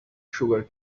sugar